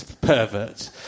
perverts